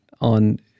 on